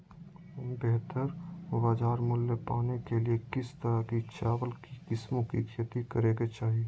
बेहतर बाजार मूल्य पाने के लिए किस तरह की चावल की किस्मों की खेती करे के चाहि?